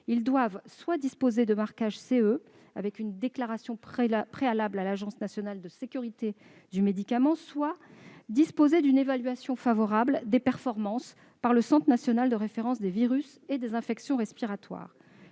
ils doivent soit disposer d'un marquage CE, avec une déclaration préalable à l'Agence nationale de sécurité du médicament et des produits de santé, soit disposer d'une évaluation favorable de leurs performances par le Centre national de référence des virus des infections respiratoires.